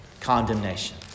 condemnation